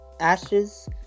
Ashes